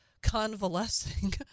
convalescing